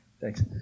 Thanks